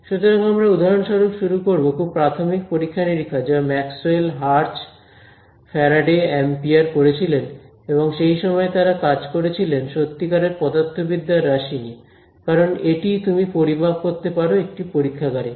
সুতরাং আমরা উদাহরণস্বরূপ শুরু করব খুব প্রাথমিক পরীক্ষা নিরীক্ষা যা ম্যাক্সওয়েল হার্টজ ফ্যারাডে অ্যাম্পিয়ার করেছিলেন এবং সেই সময় তারা কাজ করেছিলেন সত্যিকারের পদার্থবিদ্যার রাশি নিয়ে কারণ এটিই তুমি পরিমাপ করতে পার একটি পরীক্ষাগারে